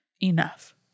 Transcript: enough